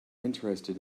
interested